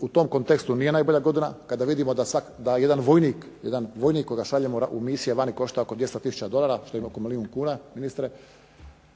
U tom kontekstu nije najbolja godina kada vidimo da jedan vojnik kojeg šaljemo u misije vani košta oko 200 tisuća dolara, što je milijun kuna ministre